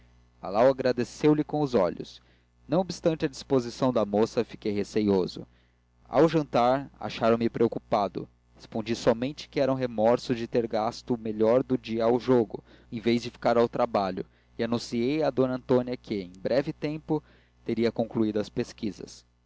lalau agradeceu-lhe com os olhos não obstante a disposição do moço fiquei receoso ao jantar acharam me preocupado respondi somente que eram remorsos de ter gasto o melhor do dia ao jogo em vez de ficar ao trabalho e anunciei a d antônia que em breve tempo teria concluído as pesquisas